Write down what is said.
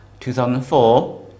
2004